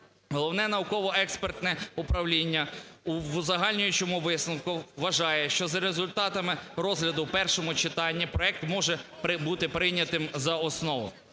Головне науково-експертне управління в узагальнюючому висновку вважає, що за результатами розгляду в першому читанні проект може бути прийнятим за основу.